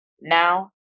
Now